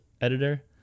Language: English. editor